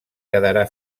quedarà